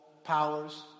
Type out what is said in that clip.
powers